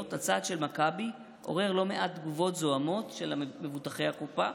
הצעד של מכבי עורר לא מעט תגובות זועמות של מבוטחי הקופה,